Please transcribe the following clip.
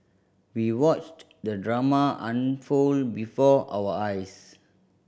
we watched the drama unfold before our eyes